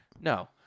No